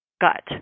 gut